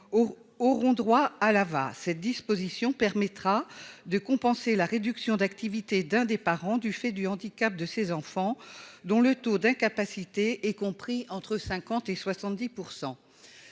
auront droit à l'AVA. Cette disposition permettra de compenser la réduction d'activité d'un des parents du fait du handicap d'un enfant dont le taux d'incapacité est compris entre 50 % et 70 %.